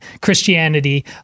Christianity